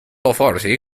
authority